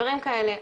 דברים כאלה,